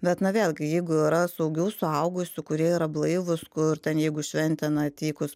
bet na vėlgi jeigu yra saugių suaugusių kurie yra blaivūs kur ten jeigu šventė na atvykus